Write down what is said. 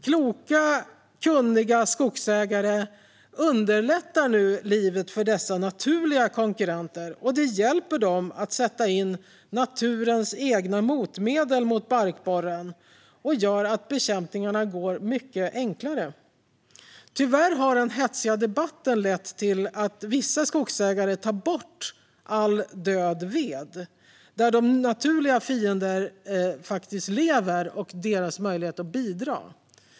Kloka, kunniga skogsägare underlättar nu livet för dessa naturliga konkurrenter. Det hjälper dem att sätta in naturens egna motmedel mot barkborren och gör att bekämpningen går mycket lättare. Tyvärr har den hetsiga debatten lett till att vissa skogsägare tar bort all död ved där de naturliga fienderna med sin möjlighet att bidra faktiskt lever.